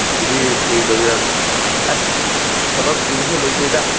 ꯉꯁꯤꯗꯤ ꯀꯔꯤꯇꯧꯁꯤꯔ ꯑꯦ ꯊꯕꯛ ꯀꯔꯤꯁꯨ ꯂꯩꯇꯦꯗ